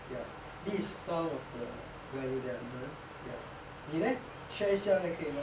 ya this some of the value that I learn ya 你 leh share 一下 leh 可以吗